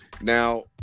Now